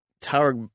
Tower